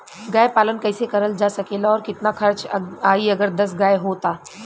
गाय पालन कइसे करल जा सकेला और कितना खर्च आई अगर दस गाय हो त?